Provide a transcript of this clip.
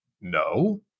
No